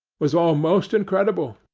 was almost incredible.